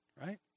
right